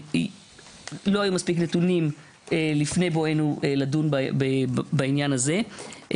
לא היו מספיק נתונים לפני בואנו לדון בעניין הזה.